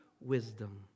wisdom